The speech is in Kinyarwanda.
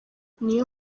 niyo